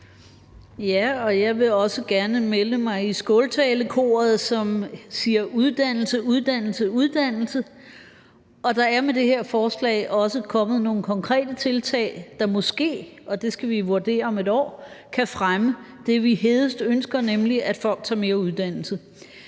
Jeg vil også gerne melde mig i skåltalekoret, som siger uddannelse, uddannelse, uddannelse, og der er også med det her forslag også kommet nogle konkrete tiltag, der måske – det skal vi vurdere om et år – kan fremme det, vi hedest ønsker, nemlig at folk tager mere uddannelse.